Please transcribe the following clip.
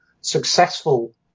successful